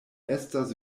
estas